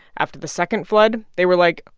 after the second flood, they were like,